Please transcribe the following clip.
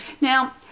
now